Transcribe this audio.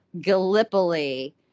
Gallipoli